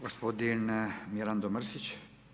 Gospodin Mirando Mrsić.